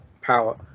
power